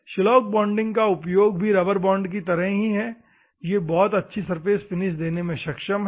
shellac bonding का प्रयोग भी रबड़ बॉन्ड की ही तरह बहुत अच्छी फिनिश प्राप्त करने के लिए किया जाता है